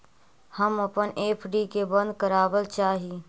हम अपन एफ.डी के बंद करावल चाह ही